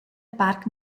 parc